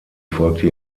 folgte